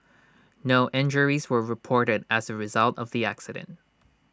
no injuries were reported as A result of the accident